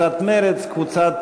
מאיר כהן,